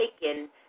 taken